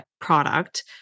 product